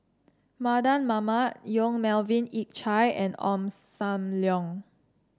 Mardan Mamat Yong Melvin Yik Chye and Ong Sam Leong